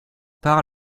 par